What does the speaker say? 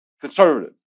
conservative